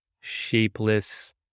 shapeless